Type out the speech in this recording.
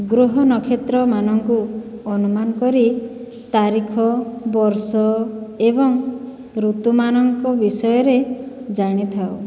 ଗ୍ରହ ନକ୍ଷତ୍ରମାନଙ୍କୁ ଅନୁମାନ କରି ତାରିଖ ବର୍ଷ ଏବଂ ଋତୁମାନଙ୍କ ବିଷୟରେ ଜାଣିଥାଉ